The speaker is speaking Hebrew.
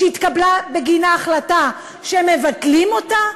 שהתקבלה בגינה החלטה שמבטלים אותה,